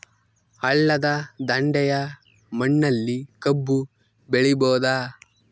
ಹಳ್ಳದ ದಂಡೆಯ ಮಣ್ಣಲ್ಲಿ ಕಬ್ಬು ಬೆಳಿಬೋದ?